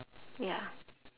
ya